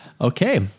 Okay